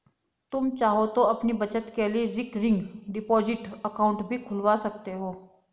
तुम चाहो तो अपनी बचत के लिए रिकरिंग डिपॉजिट अकाउंट भी खुलवा सकते हो